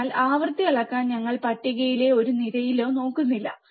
അതിനാൽ ആവൃത്തി അളക്കാൻ ഞങ്ങൾ പട്ടികയിലെ ഒരു നിരയിലോ നോക്കുന്നില്ല